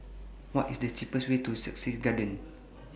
What IS The cheapest Way to Sussex Garden